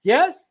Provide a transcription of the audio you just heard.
Yes